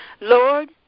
Lord